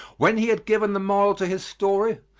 when he had given the moral to his story,